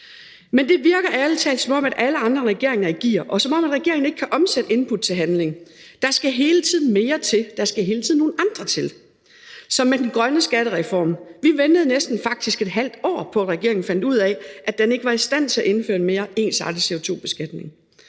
Men det virker ærlig talt, som om alle andre end regeringen er i gear, og som om regeringen ikke kan omsætte input til handling. Der skal hele tiden mere til, der skal hele tiden nogle andre til – ligesom med den grønne skattereform. Vi ventede faktisk næsten et halvt år på, at regeringen fandt ud af, at den ikke var i stand til at indføre en mere ensartet CO2-beskatning.